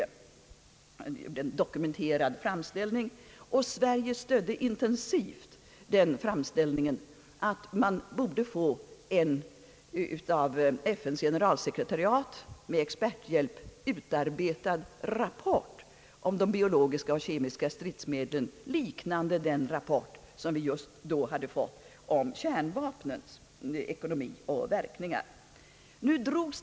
Han gjorde en dokumenterad framställning — och Sverige stödde intensivt den framställningen — med begäran att få en av FN:s generalsekretariat med experthjälp utarbetad rapport om de biologiska och kemiska stridsmedlen, liknande den rapport som vi just då hade mottagit om kärnvapnens ekonomi och verkningar.